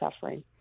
suffering